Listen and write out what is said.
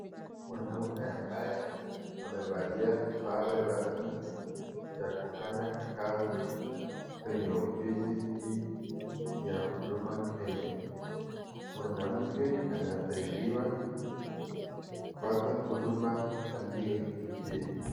Wanaume ambao wamevalia sare rasmi, ya kufanya kazi kwenye ofisi hii, ya huduma Kenya, mwanamke anasaidiwa kupata huduma aliyoikujia.